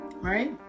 Right